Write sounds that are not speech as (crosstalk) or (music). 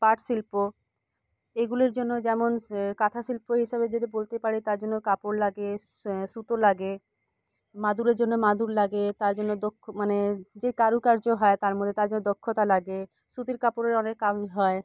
পাট শিল্প এগুলোর জন্য যেমন (unintelligible) কাঁথা শিল্প হিসেবে যদি বলতে পারে তার জন্য কাপড় লাগে সুতো লাগে মাদুরের জন্য মাদুর লাগে তার জন্য দক্ষ মানে যে কারুকার্য হয় তার মধ্যে তার জন্য দক্ষতা লাগে সুতির কাপড়ের অনেক কাজ হয়